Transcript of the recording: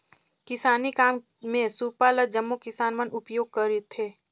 किसानी काम मे सूपा ल जम्मो किसान मन उपियोग करथे